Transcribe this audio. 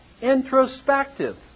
introspective